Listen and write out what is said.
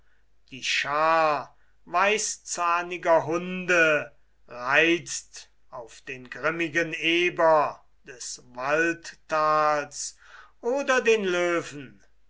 die schar weißzahniger hunde reizt auf den grimmigen eber des waldtals oder den löwen